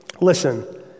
listen